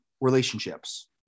relationships